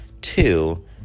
Two